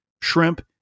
shrimp